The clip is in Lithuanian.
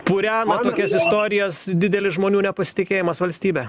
purena tokias istorijas didelis žmonių nepasitikėjimas valstybe